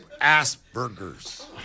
Asperger's